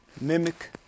mimic